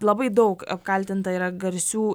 labai daug apkaltinta yra garsių